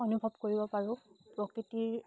অনুভৱ কৰিব পাৰোঁ প্ৰকৃতিৰ